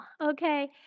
Okay